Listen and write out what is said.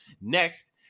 Next